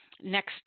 next